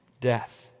death